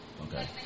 Okay